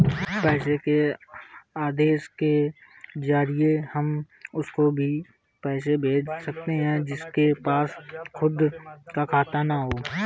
पैसे के आदेश के जरिए हम उसको भी पैसे भेज सकते है जिसके पास खुद का खाता ना हो